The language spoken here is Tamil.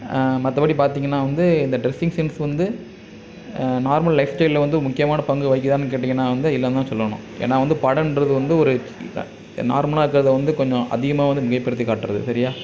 மற்றபடி பார்த்திங்கன்னா வந்து இந்த டிரெஸ்ஸிங் சென்ஸ் வந்து நார்மல் லைஃப் ஸ்டைல்ல வந்து ஒரு முக்கியமான பங்கு வகிக்குதான்னு கேட்டிங்கன்னா வந்து இல்லைன்னு தான் சொல்லணும் ஏன்னா வந்து படம்றது வந்து ஒரு நார்மலாக இருக்கிறத வந்து கொஞ்சம் அதிகமாக மிகைப்படுத்தி காட்டுறது சரியா